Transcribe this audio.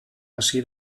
hasi